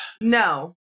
No